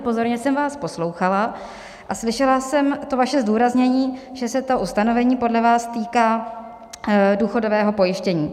Pozorně jsem vás poslouchala a slyšela jsem to vaše zdůraznění, že se to ustanovení podle vás týká důchodového pojištění.